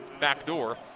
backdoor